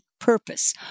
purpose